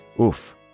Oof